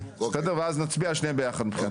ואז נצביע על שתיהן ביחד מבחינתי.